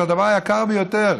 זה הדבר היקר ביותר.